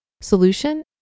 Solution